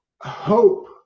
hope